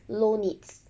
low needs